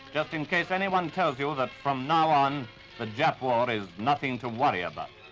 just in case anyone tells you that from now on the jap war is nothing to worry about.